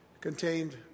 contained